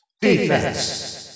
Defense